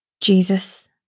Jesus